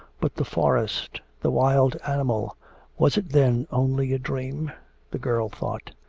but the forest, the wild animal was it then only a dream the girl thought.